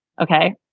Okay